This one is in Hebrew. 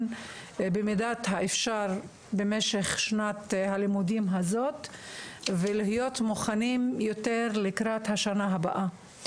במידת האפשר במשך שנת הלימודים הזאת ולהיות מוכנים יותר לקראת השנה הבאה.